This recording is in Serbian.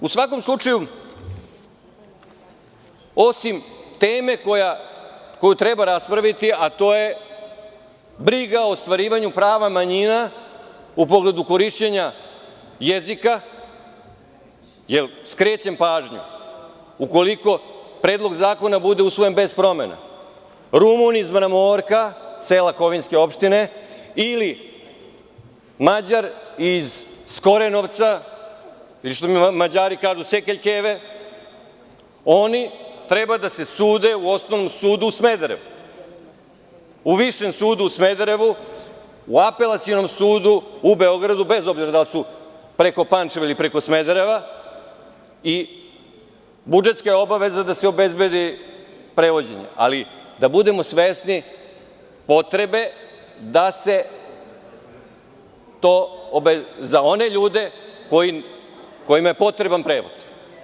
U svakom slučaju, osim teme koju treba raspraviti, a to je briga o ostvarivanju prava manjina u pogledu korišćenja jezika, jer skrećem pažnju, ukoliko predlog zakona bude usvojen bez promena, Rumun iz Mramorka, sela kovinske opštine ili, Mađar iz Korenovca, što Mađari kažu Sekeljkeve, oni treba da se sude u Osnovnom sudu u Smederevu, u Višem sudu u Smederevu, u Apelacionom sudu u Beogradu, bez obzira da li su preko Pančeva ili preko Smedereva i budžetska obaveza je da se obezbedi prevođenje, ali, da budemo svesni potrebe da je to za one ljude kojima je potreban prevod.